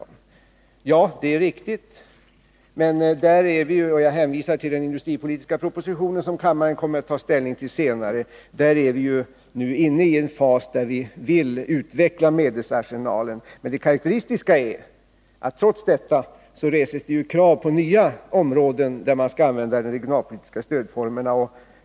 Ja, det är riktigt. Men där är vi — och jag hänvisar här till den industripolitiska propositionen, som kammaren kommer att ta ställning till senare — nu inne i fas där vi vill utveckla medelsarsenalen. Det karakteristiska är att trots detta reses det krav på nya områden för användning av de regionalpolitiska stödformerna.